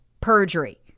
perjury